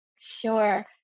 Sure